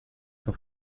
son